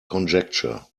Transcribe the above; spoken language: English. conjecture